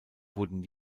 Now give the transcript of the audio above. wurden